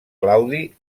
claudi